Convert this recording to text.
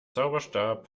zauberstab